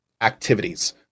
activities